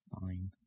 fine